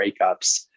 breakups